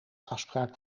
afspraak